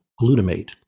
glutamate